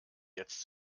jetzt